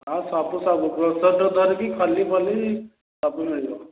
ହଁ ସବୁ ସବୁ ଗ୍ରୋସରୀଠୁ ଧରିକି ଖଲି ଫଲି ସବୁ ମିଳିବ